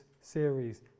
series